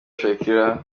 shakira